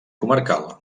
comarcal